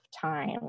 time